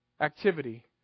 activity